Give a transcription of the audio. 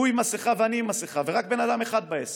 הוא עם מסכה ואני עם מסכה, ורק בן אדם אחד בעסק,